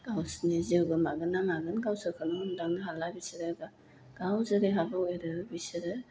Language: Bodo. गावसिनि जिउ गोमागोन ना मागोन गावसोरखौनो मोनदांनो हाला बिसोरो गाव जेरै हागौ एरै बिसोरो